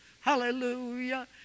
Hallelujah